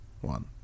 one